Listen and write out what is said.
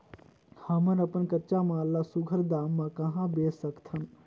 हमन अपन कच्चा माल ल सुघ्घर दाम म कहा बेच सकथन?